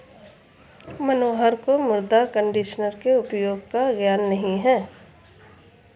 मनोहर को मृदा कंडीशनर के उपयोग का ज्ञान नहीं है